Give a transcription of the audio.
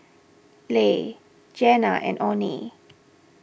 Le Jeanna and oney